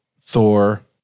Thor